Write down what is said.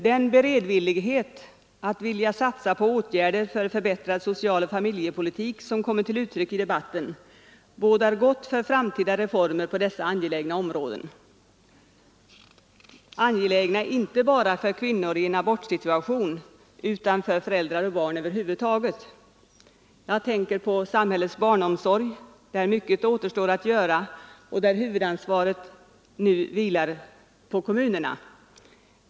Den beredvillighet att satsa på åtgärder för förbättrad socialoch familjepolitik som kommit till uttryck i debatten bådar gott för framtida reformer på dessa angelägna områden, angelägna inte bara för kvinnor i en abortsituation utan för föräldrar och barn över huvud taget. Jag tänker på samhällets barnomsorg, där mycket återstår att göra och där huvudansvaret nu vilar på kommunerna.